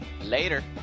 Later